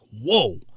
whoa